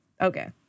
okay